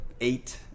eight